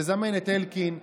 תזמן את אלקין,